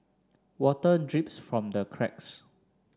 water drips from the cracks